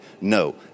no